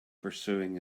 pursuing